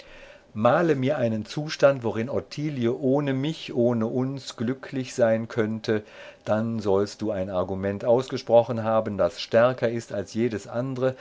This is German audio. male mir einen zustand worin ottilie ohne mich ohne uns glücklich sein könnte dann sollst du ein argument ausgesprochen haben das stärker ist als jedes andre